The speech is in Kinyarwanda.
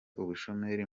ubushomeri